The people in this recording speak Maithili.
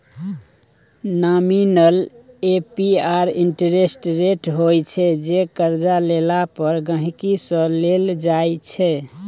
नामिनल ए.पी.आर इंटरेस्ट रेट होइ छै जे करजा लेला पर गांहिकी सँ लेल जाइ छै